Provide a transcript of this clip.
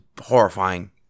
horrifying